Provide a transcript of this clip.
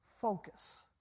focus